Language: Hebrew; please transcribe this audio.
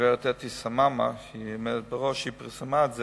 שהגברת אתי סממה עומדת בראשה, שהיא שפרסמה את זה,